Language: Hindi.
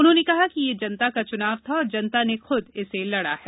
उन्होंने कहा कि यह जनता का चुनाव था और जनता ने खुद इसे लड़ा है